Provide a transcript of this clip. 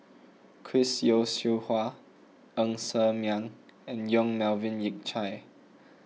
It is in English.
Chris Yeo Siew Hua Ng Ser Miang and Yong Melvin Yik Chye